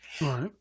Right